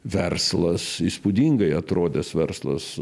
verslas įspūdingai atrodęs verslas